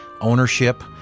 ownership